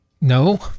no